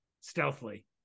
stealthily